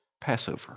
Passover